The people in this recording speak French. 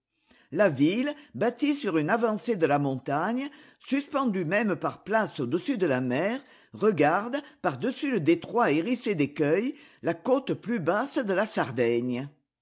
la ville bâtie sur une avancée de la montagne suspendue même par places au-dessus de la mer regarde par-dessus le détroit hérissé d'écueils la côte plus basse de la sardaigne